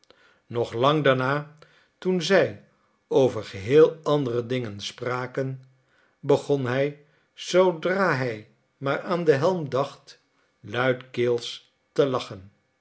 nog lang daarna toen zij over geheel andere dingen spraken begon hij zoodra hij maar aan den helm dacht luidkeels te lachen